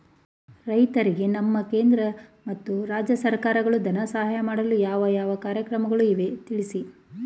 ರೈತರಿಗೆ ನಮ್ಮ ಕೇಂದ್ರ ಮತ್ತು ರಾಜ್ಯ ಸರ್ಕಾರಗಳು ಧನ ಸಹಾಯ ಮಾಡಲು ಯಾವ ಯಾವ ಕಾರ್ಯಕ್ರಮಗಳು ಇವೆ ತಿಳಿಸಿ?